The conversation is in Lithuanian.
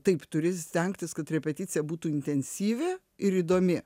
taip turi stengtis kad repeticija būtų intensyvi ir įdomi